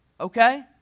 okay